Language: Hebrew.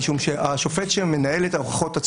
משום שהשופט שמנהל את ההוכחות,